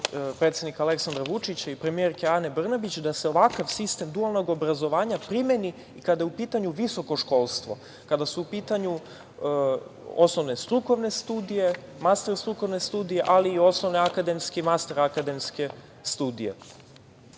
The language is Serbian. predsednika Aleksandra Vučića i premijerke Ane Brnabić, da se ovakav sistem dualnog obrazovanja primeni i kada je u pitanju visokoškolstvo kada su u pitanju osnovne strukovne studije, master strukovne studije ali i osnovne akademske i master akademske studije. To